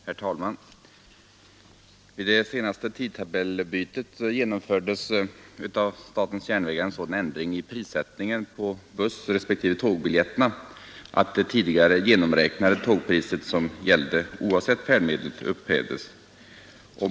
Herr talman! Vid det senaste tidtabellbytet genomfördes av statens järnvägar en sådan ändring i prissättningen på bussrespektive tågbiljetterna att det tidigare genomräknade tågpriset, som gällde oavsett färdmedel, upphävdes.